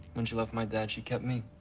when she left my dad, she kept me.